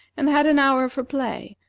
and had an hour for play,